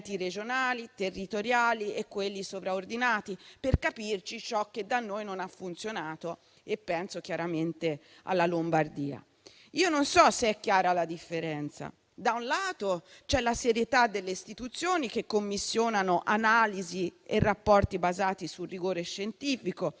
regionali territoriali e quelli sovraordinati. Per capirci, è ciò che da noi non ha funzionato, e penso chiaramente alla Lombardia. Non so se è chiara la differenza: da un lato, c'è la serietà delle istituzioni, che commissionano analisi e rapporti basati sul rigore scientifico,